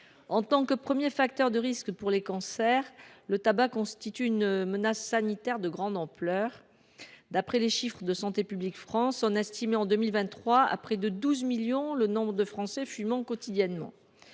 En tant que premier facteur de risque pour les cancers, le tabac constitue une menace sanitaire de grande ampleur. D’après les chiffres de Santé publique France, on estimait en 2023 à près de 12 millions le nombre de Français fumant quotidiennement.